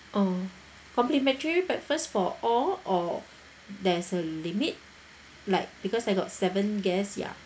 oh complimentary breakfast for all or there's a limit like because I got seven guest ya